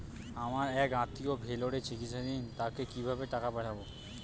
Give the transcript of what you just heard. আমার এক আত্মীয় ভেলোরে চিকিৎসাধীন তাকে কি ভাবে টাকা পাঠাবো?